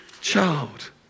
child